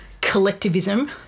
collectivism